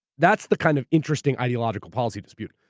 that's the kind of interesting ideological policy dispute.